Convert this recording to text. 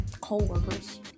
co-workers